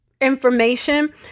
information